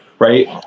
Right